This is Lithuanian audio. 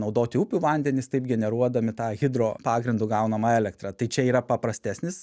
naudoti upių vandenis taip generuodami tą hidro pagrindu gaunamą elektrą tai čia yra paprastesnis